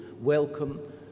welcome